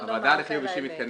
בוא נאמר את האמת,